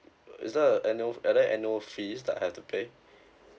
is there a annual are there annual fees that I have to pay